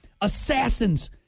assassins